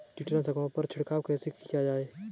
कीटनाशकों पर छिड़काव कैसे किया जाए?